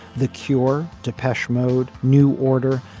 the cure depeche mode new order.